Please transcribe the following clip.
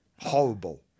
Horrible